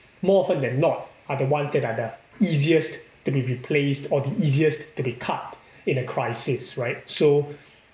more often than not are the ones that are the easiest to be replaced or the easiest to be cut in a crisis right so